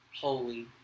holy